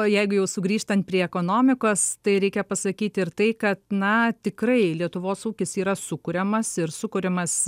jeigu jau sugrįžtant prie ekonomikos tai reikia pasakyt ir tai kad na tikrai lietuvos ūkis yra sukuriamas ir sukuriamas